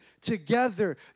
together